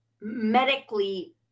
medically